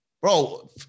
Bro